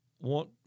want